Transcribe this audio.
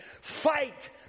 fight